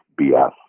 BS